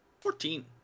Fourteen